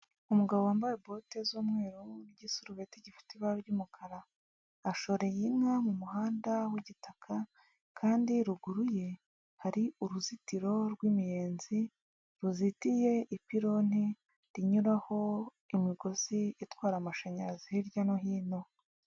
Umugabo wambaye bote z'umweru n'igisurubeti gifite ibara ry'umukara, ashoreye inka mu muhanda w'igitaka kandi ruguru ye hari uruzitiro rw'imiyenzi ruzitiye ipironi rinyuraho imigozi itwara amashanyarazi hirya no hino.